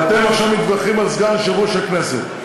ואתם עכשיו מתווכחים על סגן יושב-ראש הכנסת.